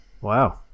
Wow